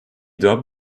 dubbed